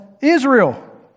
Israel